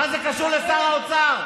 מה זה קשור לשר האוצר?